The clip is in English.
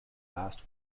last